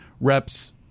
reps